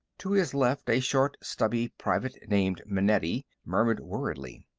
to his left, a short, stubby private named manetti murmured worriedly,